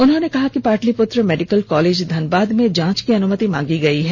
उन्होंने कहा कि पाटलिप्त्र मेडिकल कॉलेज धनबाद में जांच की अनुमति मांगी गई है